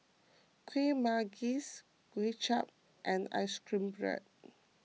Kueh Manggis Kway Chap and Ice Cream